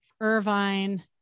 Irvine